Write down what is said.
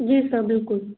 जी sir बिल्कुल